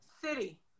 city